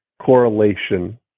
correlation